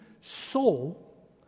soul